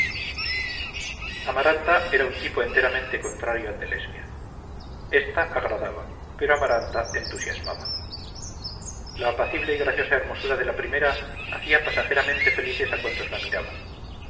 amaranta era un tipo enteramente contrario al de lesbia ésta agradaba pero amaranta entusiasmaba la apacible y graciosa hermosura de la primera hacía pasajeramente felices a cuantos la miraban